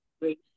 great